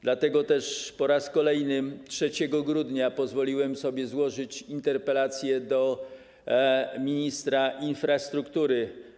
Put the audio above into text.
Dlatego też po raz kolejny 3 grudnia pozwoliłem sobie złożyć interpelację do ministra infrastruktury.